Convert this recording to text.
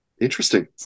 interesting